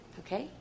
okay